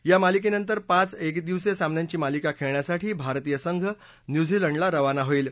या मालिकेनंतर पाच एकदिवसीय सामन्यांची मालिका खेळण्यासाठी भारतीय संघ न्यूझीलंडला रवाना होईल